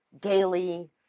daily